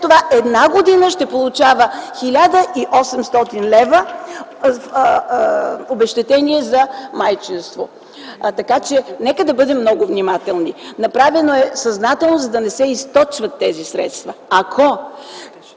това 1 година ще получава 1800 лв. обезщетение за майчинство. Нека да бъдем много внимателни. Направено е съзнателно, за да не се източват тези средства. Ако